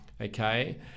okay